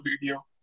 video